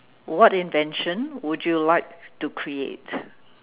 what invention would you like to create